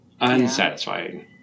Unsatisfying